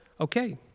Okay